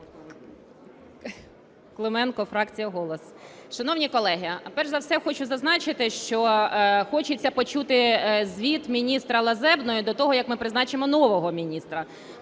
Клименко, фракція "Голос". Шановні колеги, перш за все хочу зазначити, що хочеться почути звіт міністра Лазебної до того, як ми призначимо нового міністра.